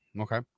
Okay